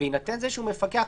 בהינתן זה שהוא מפקח,